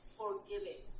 forgiving